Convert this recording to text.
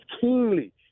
keenly